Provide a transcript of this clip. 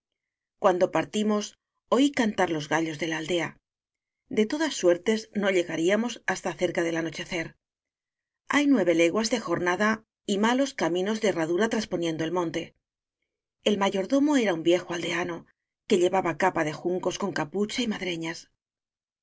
cuando partimos oí cantar los gallos de la aldea de todas suertes no llegaríamos hasta cerca del anochecer hay nueve leguas de jornada y malos caminos de herradura trasponiendo monte el mayordomo era un viejo aldeano que llevaba capa de juncos con capucha y madreñas